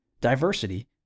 diversity